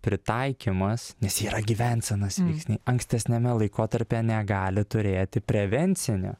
pritaikymas nes jie yra gyvensenos veiksniai ankstesniame laikotarpyje negali turėti prevencinio